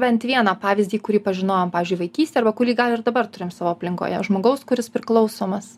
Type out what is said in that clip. bent vieną pavyzdį kurį pažinojom pavyzdžiui vaikystėj arba kurį gal ir dabar turim savo aplinkoje žmogaus kuris priklausomas